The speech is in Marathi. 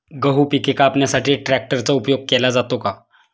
गहू पिके कापण्यासाठी ट्रॅक्टरचा उपयोग केला जातो का?